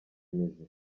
imizi